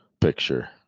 picture